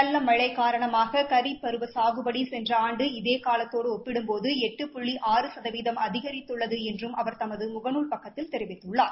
நல்ல மழை காரணமாக கரீப் பருவ சாகுபடி சென்ற ஆண்டு இதே காலத்தோடு ஒப்பிடும்போது எட்டு புள்ளி ஆறு சதவீதம் அதிகரித்துள்ளது என்று அவர் தமது முகநூல் பக்கத்தில் தெரிவித்துள்ளார்